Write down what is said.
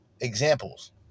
examples